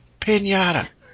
Pinata